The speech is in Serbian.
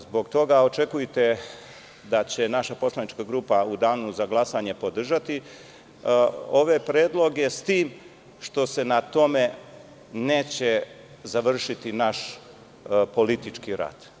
Zbog toga očekujte da će naša poslanička grupa u danu za glasanje podržati ove predloge s tim što se na tome neće završiti naš politički rad.